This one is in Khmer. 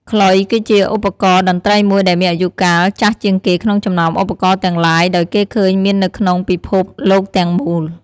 ខ្លុយគឺជាឧបករណ៍តន្ត្រីមួយដែលមានអាយុកាលចាស់ជាងគេក្នុងចំណោមឧបករណ៍ទាំងឡាយដោយគេឃើញមាននៅក្នុងពិភពលោកទាំងមូល។